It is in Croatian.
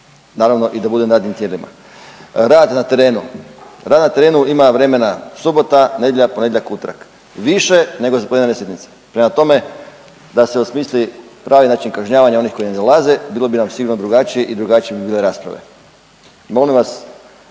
Naravno, i da bude u radnim tijelima. Rad na terenu. Rad na terenu ima vremena subota, nedjelja, ponedjeljak, utorak, više nego za plenarne sjednice. Prema tome, da se osmisli pravi način kažnjavanja onih koji ne dolaze bilo bi nam sigurno drugačije i drugačije bi bile rasprave